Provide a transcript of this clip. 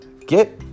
get